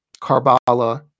Karbala